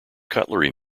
cutlery